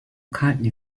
cotton